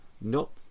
Nope